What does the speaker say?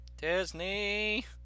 Disney